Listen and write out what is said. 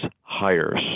hires